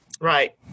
Right